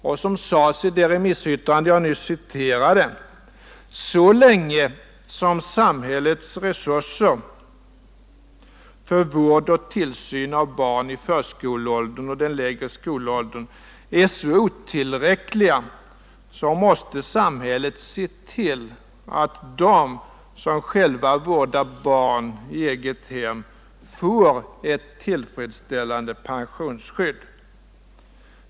Och som det sades i det remissyttrande som jag nyss citerade: Så länge som samhällets resurser för vård och tillsyn av barn i förskoleåldern och den lägre skolåldern är så otillräckliga måste samhället se till att de som själva vårdar barn i eget hem får ett tillfredsställande pensionsskydd.